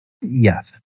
Yes